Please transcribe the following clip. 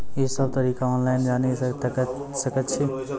ई सब तरीका ऑनलाइन जानि सकैत छी?